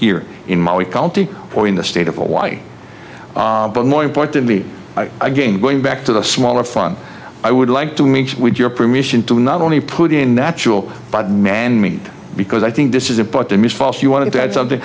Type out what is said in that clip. here in mali county or in the state of hawaii but more importantly again going back to the smaller fun i would like to meet with your permission to not only put in natural but manmade because i think this is a bottom is false you want to add something